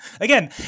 again